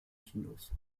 kinos